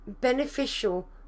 beneficial